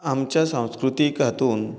आमच्या सांस्कृतीत हातूंत